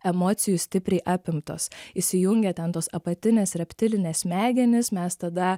emocijų stipriai apimtos įsijungia ten tos apatinės reptilinės smegenys mes tada